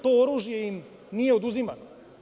To oružje im nije oduzimano.